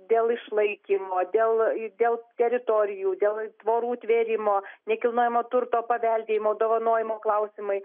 dėl išlaikymo dėl dėl teritorijų dėl tvorų tvėrimo nekilnojamo turto paveldėjimo dovanojimo klausimai